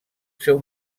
seu